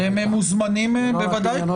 אתם מוזמנים, בוודאי.